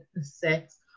sex